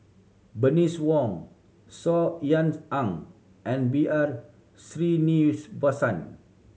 Bernice Wong Saw Ean Ang and B R Sreenivasan